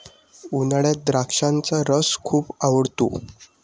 उन्हाळ्यात द्राक्षाचा रस खूप आवडतो